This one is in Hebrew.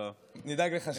נדאג לך.